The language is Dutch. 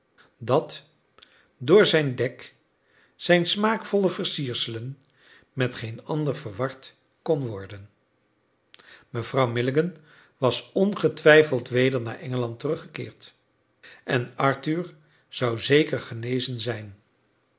dat door zijn dek zijn smaakvolle versierselen met geen ander verward kon worden mevrouw milligan was ongetwijfeld weder naar engeland teruggekeerd en arthur zou zeker genezen zijn